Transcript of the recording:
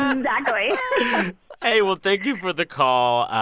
exactly hey. well, thank you for the call.